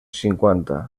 cinquanta